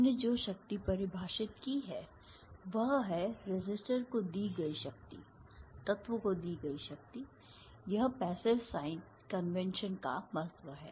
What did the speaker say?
हमने जो शक्ति परिभाषित की है वह है रेसिस्टर को दी गई शक्ति तत्व को दी गई शक्ति यह पैसिव साइन कन्वेंशन का महत्व है